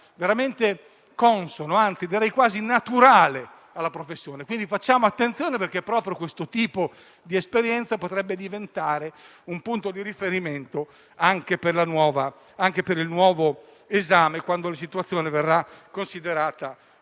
veramente consono, anzi, direi quasi naturale alla professione, quindi facciamo attenzione perché proprio questo tipo di esperienza potrebbe diventare un punto di riferimento anche per il nuovo esame, quando la situazione verrà considerata normale.